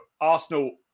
Arsenal